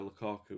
Lukaku